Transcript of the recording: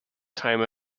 time